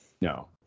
no